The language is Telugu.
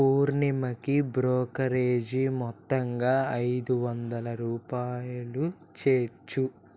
పూర్ణిమకి బ్రోకరేజీ మొత్తంగా ఐదువందల రూపాయలు చేర్చు